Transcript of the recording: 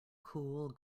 cool